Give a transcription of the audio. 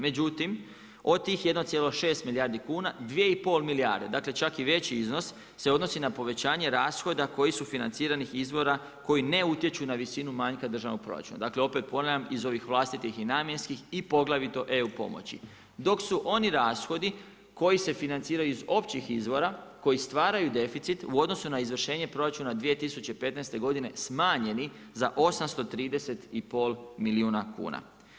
Međutim od tih 1,6 milijardi kuna 2,5 milijarde čak i veći iznos se odnosi na povećanje rashoda koji su iz financiranih izvora koji ne utječu na visinu manjka državnog proračuna, dakle opet ponavljam iz ovih vlastitih i namjenskih i poglavito eu pomoći, dok su oni rashodi koji se financiraju iz općih izvora koji stvaraju deficit u odnosu na izvršenje proračuna 2015. godine smanjeni za 830,5 milijuna kuna.